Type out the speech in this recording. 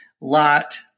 lot